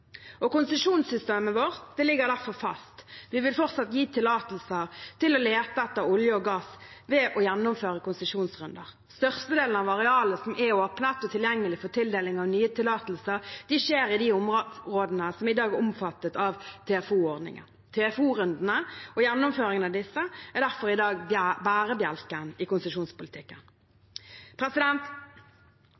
Konsesjonssystemet vårt ligger derfor fast. Vi vil fortsatt gi tillatelser til å lete etter olje og gass ved å gjennomføre konsesjonsrunder. Størstedelen av arealet som er åpnet og tilgjengelig for tildeling av nye tillatelser, er i de områdene som i dag er omfattet av TFO-ordningen. TFO-rundene – og gjennomføringen av disse – er derfor i dag bærebjelken i konsesjonspolitikken.